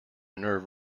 nerve